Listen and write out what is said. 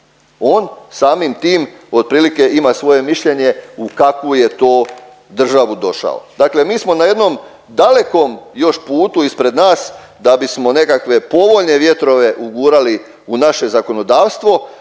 On samim tim otprilike ima svoje mišljenje u kakvu je to državu došao. Dakle mi smo na jednom dalekom još putu ispred nas da bismo nekakve povoljne vjetrove ugurali u naše zakonodavstvo,